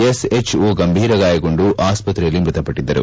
SHO ಗಂಭೀರ ಗಾಯಗೊಂಡು ಆಸ್ಪತ್ರೆಯಲ್ಲಿ ಮೃತಪಟ್ಟದ್ದರು